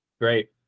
Great